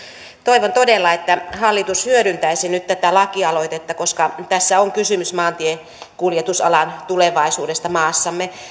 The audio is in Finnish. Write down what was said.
toivon todella että hallitus hyödyntäisi nyt tätä lakialoitetta koska tässä on kysymys maantiekuljetusalan tulevaisuudesta maassamme